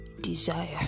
desire